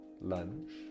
lunge